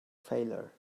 failure